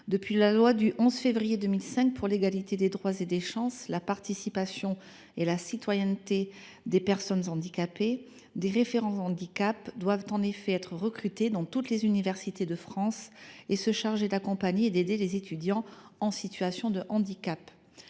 Depuis la loi du 11 février 2005 pour l’égalité des droits et des chances, la participation et la citoyenneté des personnes handicapées, des référents handicap doivent être recrutés dans toutes les universités de France et se charger d’accompagner et d’aider les étudiants en situation de handicap.